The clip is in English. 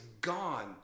gone